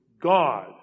God